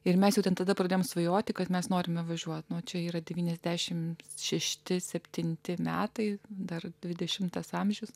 ir mes jau tada pradėjome svajoti kad mes norime važiuoti nuo čia yra devyniasdešimt šešti septinti metai dar dvidešimtas amžius